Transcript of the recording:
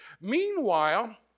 meanwhile